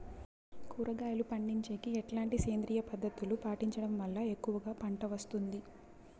కూరగాయలు పండించేకి ఎట్లాంటి సేంద్రియ పద్ధతులు పాటించడం వల్ల ఎక్కువగా పంట వస్తుంది?